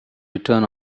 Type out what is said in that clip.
return